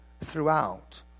throughout